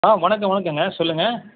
ஆ வணக்கம் வணக்கங்க சொல்லுங்கள்